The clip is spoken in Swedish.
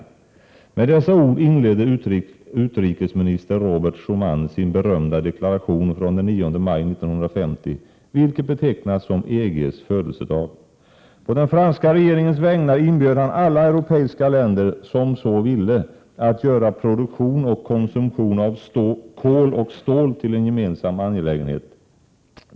Med 109 dessa ord inledde utrikesminister Robert Schuman sin berömda deklaration från den 9 maj 1950, som betecknas som EG:s födelsedag. På den franska regeringens vägnar inbjöd han alla europeiska länder, som så ville, att göra produktion och konsumtion av kol och stål till en gemensam angelägenhet.